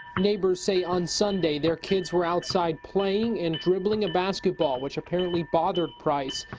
neighbors say on sunday their kids were outside playing and dribbling a basketball, which apparently bothered price.